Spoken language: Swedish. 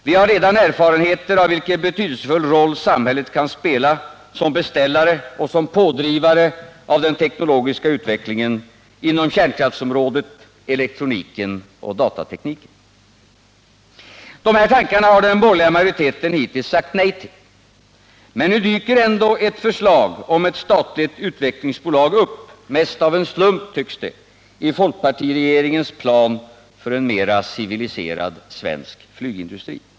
Vi har redan erfarenheter av vilken betydelsefull roll samhället kan spela som beställare och som pådrivare De här tankarna har den borgerliga majoriteten hittills sagt nej till. Men nu dyker förslaget om ett statligt utvecklingsbolag upp — mest som av en slump, tycks det — i folkpartiregeringens plan för en mera civiliserad svensk flygindustri.